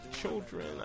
children